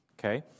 Okay